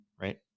right